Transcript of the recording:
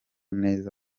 neza